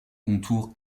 contour